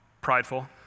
prideful